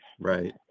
Right